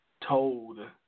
told